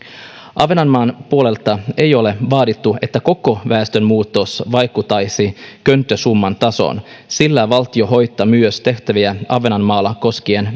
ahvenanmaan puolelta ei ole vaadittu että koko väestönmuutos vaikuttaisi könttäsumman tasoon sillä myös valtio hoitaa tehtäviä ahvenanmaalla koskien